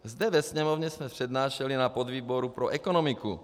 Zde ve Sněmovně jsme přednášeli na podvýboru pro ekonomiku.